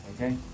okay